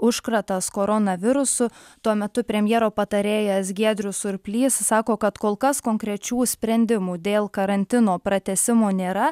užkratas koronavirusu tuo metu premjero patarėjas giedrius surplys sako kad kol kas konkrečių sprendimų dėl karantino pratęsimo nėra